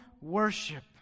worship